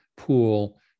pool